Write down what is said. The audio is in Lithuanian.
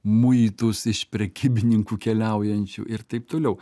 muitus iš prekybininkų keliaujančių ir taip toliau